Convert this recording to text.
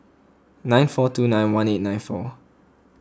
nine four two nine one eight nine four